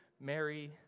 Mary